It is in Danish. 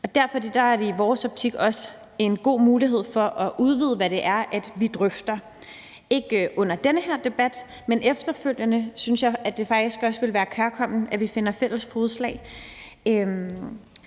Derfor er det i vores optik også en god mulighed for at udvide, hvad det er, vi drøfter. Det skal ikke ske under den her debat, men efterfølgende synes jeg faktisk også, at det ville være kærkomment, at vi finder fælles fodslag.